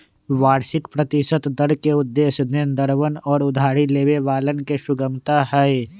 वार्षिक प्रतिशत दर के उद्देश्य देनदरवन और उधारी लेवे वालन के सुगमता हई